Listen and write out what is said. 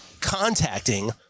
contacting